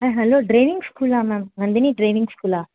ஆ hello driving ஸ்கூலா ma'am Nandini driving ஸ்கூலா